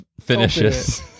finishes